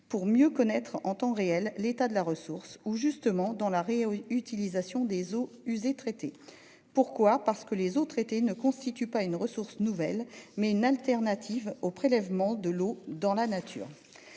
pour mieux connaître en temps réel l'état de la ressource où justement dans l'arrêt utilisation des eaux usées traitées pourquoi parce que les autres traitées ne constitue pas une ressource nouvelle mais une alternative au prélèvement de l'eau dans la nature.